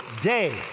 day